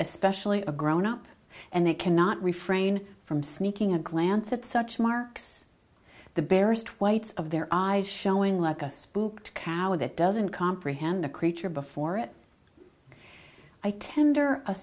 especially a grown up and they cannot refrain from sneaking a glance at such marks the barest whites of their eyes showing like a spook to cower that doesn't comprehend the creature before it i tender a